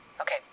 Okay